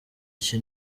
iki